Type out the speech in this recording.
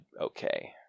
okay